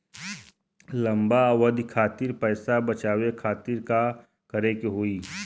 लंबा अवधि खातिर पैसा बचावे खातिर का करे के होयी?